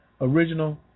Original